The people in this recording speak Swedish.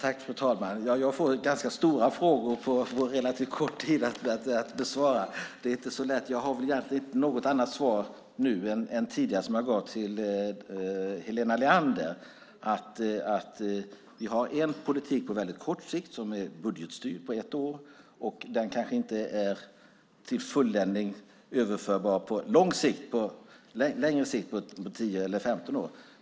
Fru talman! Jag får ganska stora frågor att besvara på relativt kort tid. Det är inte så lätt. Jag har egentligen inte något annat svar nu än tidigare, när jag sade till Helena Leander att vi har en budgetstyrd politik på väldigt kort sikt, ett år, och den kanske inte är till fulländning överförbar på längre sikt - 10-15 år.